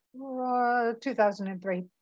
2003